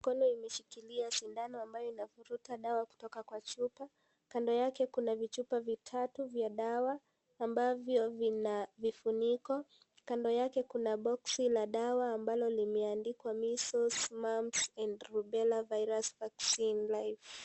Mikono imeshililia sindono ambayo inafuruta dawa kutoka kwa chupa ,kando yake kuna vichupa vitatu vya dawa ambavyo vina vifuniko ,kando yake kuna boksi la dawa ambalo limeandikwa measles mumps and rubella virus vaccine live .